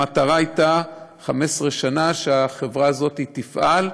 המטרה הייתה 15 שנה, שהחברה הזאת תפעל.